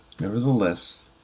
Nevertheless